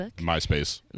myspace